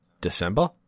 december